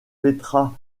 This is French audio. petra